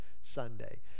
sunday